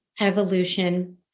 evolution